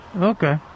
Okay